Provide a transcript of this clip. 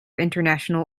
international